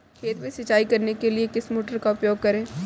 खेत में सिंचाई करने के लिए किस मोटर का उपयोग करें?